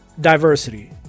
diversity